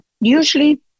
Usually